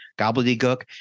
gobbledygook